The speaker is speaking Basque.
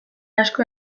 asko